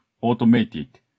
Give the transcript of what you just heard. automated